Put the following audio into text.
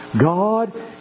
God